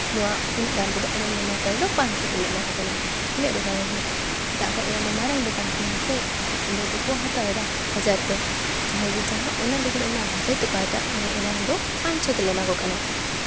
ᱱᱚᱣᱟ ᱩᱱᱟ ᱹᱜ ᱫᱟᱢ ᱛᱮᱫᱚ ᱟᱞᱮ ᱱᱚᱣᱟ ᱠᱚᱨᱮ ᱫᱚ ᱯᱟᱸᱪ ᱥᱚ ᱛᱮᱞᱮ ᱮᱢᱟ ᱠᱚ ᱠᱟᱱᱟ ᱟᱞᱮᱭᱟᱜ ᱫᱚᱠᱟᱱ ᱨᱮᱫᱚ ᱪᱮᱫᱟᱜ ᱠᱚ ᱚᱱᱟᱫᱚ ᱢᱟᱨᱟᱝ ᱫᱚᱠᱟᱱ ᱠᱟᱱᱟ ᱥᱮ ᱢᱮᱱᱠᱷᱟᱡ ᱚᱸᱰᱮ ᱫᱚᱠᱚ ᱦᱟᱛᱟᱣ ᱮᱫᱟ ᱦᱟᱡᱟᱨ ᱛᱮ ᱡᱟᱦᱟᱸᱭ ᱜᱮ ᱡᱟᱦᱟᱸ ᱚᱱᱟ ᱞᱩᱜᱽᱲᱤᱡ ᱚᱱᱟ ᱦᱟᱡᱟᱨ ᱛᱮᱠᱚ ᱦᱟᱛᱼᱟ ᱚᱱᱟᱫᱚ ᱯᱟᱸᱪ ᱥᱚ ᱛᱮᱞᱮ ᱮᱢᱟ ᱠᱚ ᱠᱟᱱᱟ